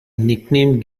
nickname